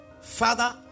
Father